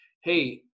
hey